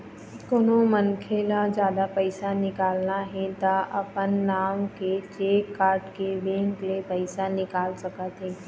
कोनो मनखे ल जादा पइसा निकालना हे त अपने नांव के चेक काटके बेंक ले पइसा निकाल सकत हे